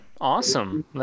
awesome